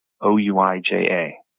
O-U-I-J-A